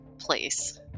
place